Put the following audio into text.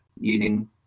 using